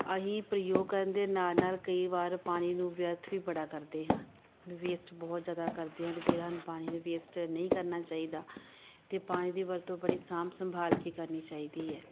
ਅਸੀਂ ਪ੍ਰਯੋਗ ਕਰਨ ਦੇ ਨਾਲ ਨਾਲ ਕਈ ਵਾਰ ਪਾਣੀ ਨੂੰ ਵਿਅਰਥ ਵੀ ਬੜਾ ਕਰਦੇ ਹਾਂ ਉਹਨੂੰ ਵੇਸਟ ਬਹੁਤ ਜ਼ਿਆਦਾ ਕਰਦੇ ਹਾਂ ਅਤੇ ਜਿਹੜਾ ਸਾਨੂੰ ਪਾਣੀ ਵੇਸਟ ਨਹੀਂ ਕਰਨਾ ਚਾਹੀਦਾ ਅਤੇ ਪਾਣੀ ਦੀ ਵਰਤੋਂ ਬੜੀ ਸਾਂਭ ਸੰਭਾਲ ਕੇ ਕਰਨੀ ਚਾਹੀਦੀ ਹੈ